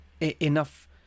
enough